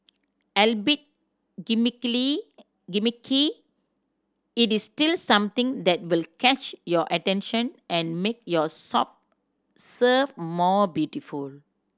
albeit gimmicky it is still something that will catch your attention and make your serve more beautiful